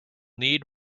need